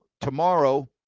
tomorrow